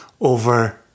over